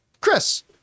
Chris